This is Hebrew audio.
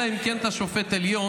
אלא אם כן אתה שופט עליון,